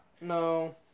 No